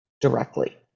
directly